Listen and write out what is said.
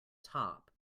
top